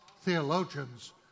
theologians